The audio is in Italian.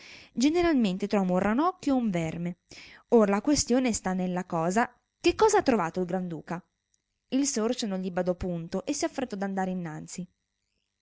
generalmente trovo un ranocchio o un verme or la quistione stà nella cosa che cosa ha trovato il granduca il sorcio non gli badò punto e si affrettò d'andare innanzi